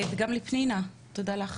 גם לפנינה, תודה לך